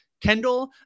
Kendall